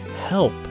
help